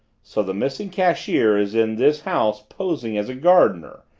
so the missing cashier is in this house posing as a gardener?